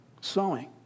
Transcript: sowing